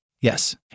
Yes